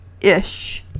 ish